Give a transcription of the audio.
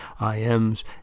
IMs